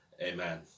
Amen